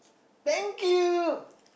thank you